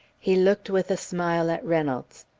he looked with a smile at reynolds.